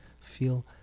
Feel